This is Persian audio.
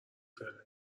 فعلا